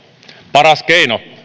paras keino